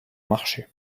marché